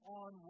on